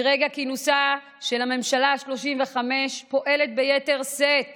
מרגע כינוסה של הממשלה השלושים-וחמש פועלת ביתר שאת